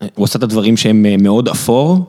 הוא עושה את הדברים שהם מאוד אפור.